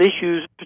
issues